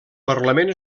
parlament